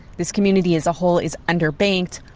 this community as a whole is underbanked,